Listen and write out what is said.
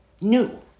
new